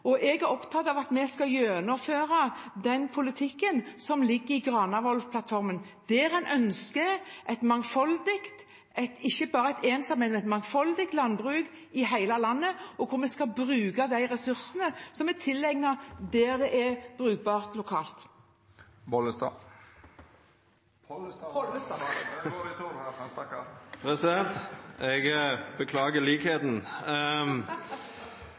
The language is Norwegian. Jeg er opptatt av at vi skal gjennomføre den politikken som ligger i Granavolden-plattformen, der en ønsker et mangfoldig – ikke bare et ensidig, men et mangfoldig – landbruk i hele landet, og der en skal bruke de ressursene som er egnet lokalt. Bollestad … Pollestad, var det.